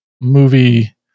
movie